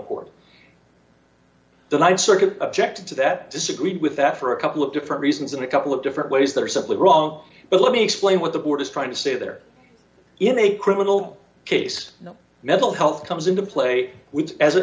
court the th circuit objected to that disagreed with that for a couple of different reasons in a couple of different ways that are simply wrong but let me explain what the board is trying to say there in a criminal case no mental health comes into play as a